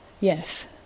Yes